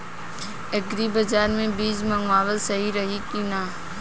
Agri Bazaar से बीज मंगावल सही रही की ना?